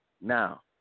Now